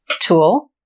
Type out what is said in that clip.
tool